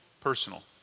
personal